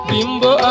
Bimbo